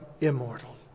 immortal